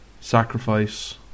Sacrifice